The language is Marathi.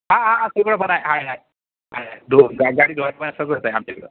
हां हां सगळं पण आहे आहे आहे आहे आहे धुणं गा गाडी धुवायचं पण सगळंचं आहे आमच्याकडे